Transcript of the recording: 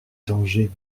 danger